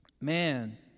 Man